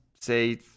say